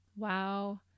Wow